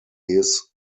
his